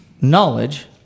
knowledge